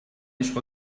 عشق